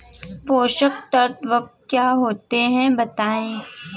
पोषक तत्व क्या होते हैं बताएँ?